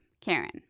Karen